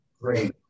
great